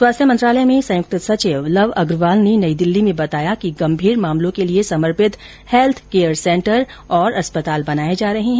स्वास्थ्य मंत्रालय में संयुक्त सचिव लव अग्रवाल ने नई दिल्ली में बताया कि गंभीर मामलों के लिये समर्पित हेल्थ केयर सेंटर और अस्पताल बनाये जा रहे हैं